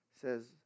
says